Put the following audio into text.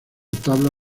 tabla